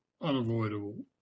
unavoidable